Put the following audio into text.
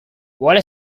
vuole